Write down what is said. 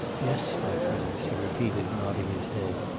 yes, my friends, he repeated, nodding his head,